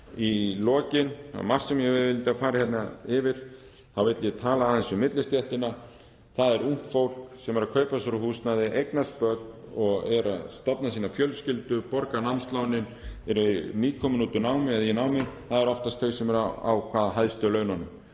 Það er margt sem ég vildi fara hérna yfir en í lokin vil ég tala aðeins um millistéttina. Það er ungt fólk sem er að kaupa sér húsnæði og eignast börn og er að stofna fjölskyldu, borga námslánin, er nýkomið úr námi eða í námi. Það eru oftast þau sem eru á hvað hæstu laununum.